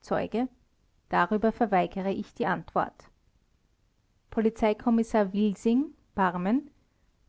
zeuge darüber verweigere ich die antwort polizeikommissar wilsing barmen